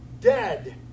dead